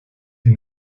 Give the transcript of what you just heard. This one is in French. est